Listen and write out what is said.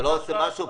אתה לא עושה משהו?